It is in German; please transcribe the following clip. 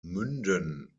münden